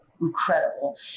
Incredible